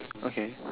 okay